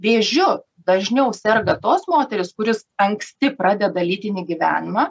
vėžiu dažniau serga tos moterys kuris anksti pradeda lytinį gyvenimą